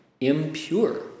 impure